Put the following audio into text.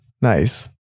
nice